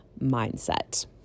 mindset